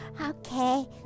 Okay